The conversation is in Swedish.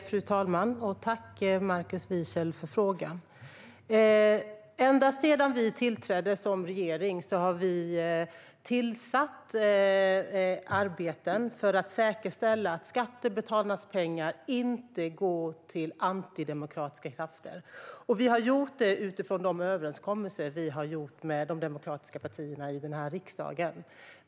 Fru talman! Jag tackar Markus Wiechel för frågan. Ända sedan vi tillträdde som regering har vi arbetat för att säkerställa att skattebetalarnas pengar inte går till antidemokratiska krafter. Det har vi gjort utifrån de överenskommelser som vi har gjort med de demokratiska partierna i denna riksdag.